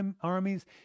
armies